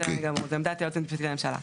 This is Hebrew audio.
בסדר גמור, זו עמדת היועצת המשפטית לממשלה.